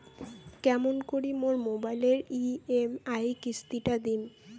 কেমন করি মোর মোবাইলের ই.এম.আই কিস্তি টা দিম?